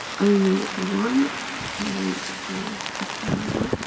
only one parent is a carrier,